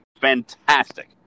fantastic